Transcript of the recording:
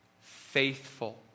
Faithful